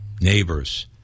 neighbors